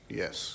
yes